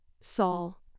Saul